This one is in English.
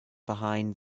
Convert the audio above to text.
behind